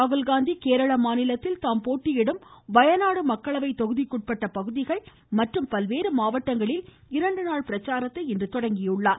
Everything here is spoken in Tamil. ராகுல்காந்தி கேரள மாநிலத்தில் தாம் போட்டியிடும் வயநாடு மக்களவை தொகுதிக்குட்பட்ட பகுதிகள் மற்றும் பல்வேறு மாவட்டங்களில் இரண்டு நாள் பிரச்சாரத்தை இன்று துவங்கினார்